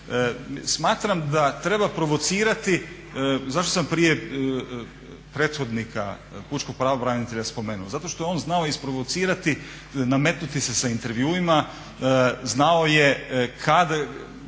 Smatram da treba provocirati, zašto sam prije prethodnika pučkog pravobranitelja spomenuo? Zato što je on znao isprovocirati, nametnuti se sa intervjuima, znao je